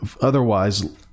otherwise